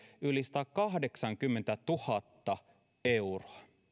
yli satakahdeksankymmentätuhatta euroa niin